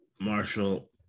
Marshall